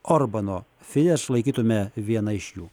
orbano fideš laikytumėme viena iš jų